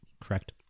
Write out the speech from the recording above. Correct